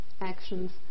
actions